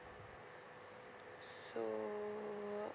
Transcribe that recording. so